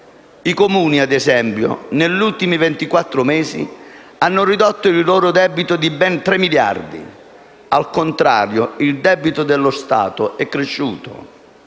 I Comuni, ad esempio, negli ultimi ventiquattro mesi hanno ridotto il loro debito di ben 3 miliardi. Al contrario, il debito dello Stato è cresciuto.